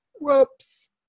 Whoops